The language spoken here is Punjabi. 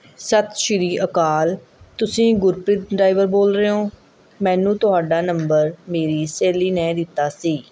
ਸਤਿ ਸ਼੍ਰੀ ਅਕਾਲ ਤੁਸੀਂ ਗੁਰਪ੍ਰੀਤ ਡਰਾਈਵਰ ਬੋਲ ਰਹੇ ਓਂ ਮੈਨੂੰ ਤੁਹਾਡਾ ਨੰਬਰ ਮੇਰੀ ਸਹੇਲੀ ਨੇ ਦਿੱਤਾ ਸੀ